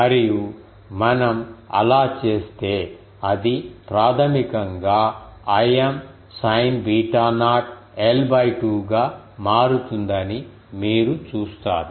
మరియు మనం అలా చేస్తే అది ప్రాథమికంగా Im sine beta not l 2 గా మారుతుందని మీరు చూస్తారు